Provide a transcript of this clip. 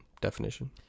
definition